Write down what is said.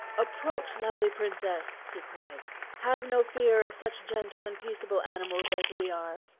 approach, lovely princess, he cried have no fear of such gentle and peaceable animals as we are.